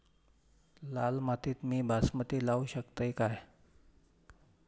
लाल मातीत मी बासमती लावू शकतय काय?